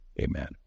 Amen